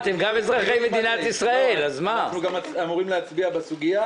אנחנו אמורים להצביע בסוגיה.